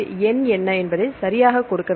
எண் என்ன என்பதை சரியாக கொடுக்க வேண்டும்